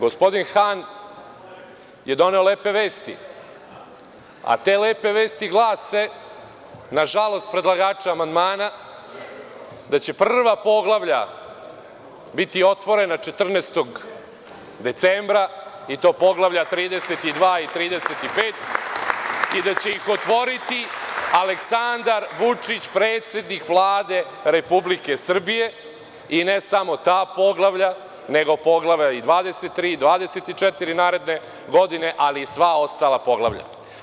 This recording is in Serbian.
Gospodin Han je doneo lepe vesti, a te lepe vesti glase, na žalost predlagača amandmana, da će prva poglavlja biti otvorena 14. decembra i to poglavlja 32 i 35 i da će ih otvoriti Aleksandar Vučić, predsednik Vlade Republike Srbije, i ne samo ta poglavlja, nego i poglavlja 23 i 24 naredne godine, ali i sva ostala poglavlja.